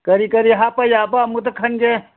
ꯀꯔꯤ ꯀꯔꯤ ꯍꯥꯞꯄ ꯌꯥꯕ ꯑꯃꯨꯛꯇ ꯈꯟꯒꯦ